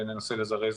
וננסה לזרז